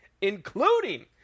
including